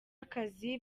akazi